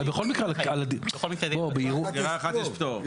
לגבי דירה אחת גם כך יש פטור,